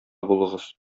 булыгыз